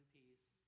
peace